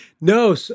No